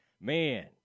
man